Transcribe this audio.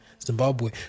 zimbabwe